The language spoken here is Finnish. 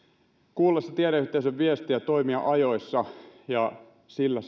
kuulla se tiedeyhteisön viesti ja toimia ajoissa ja sillä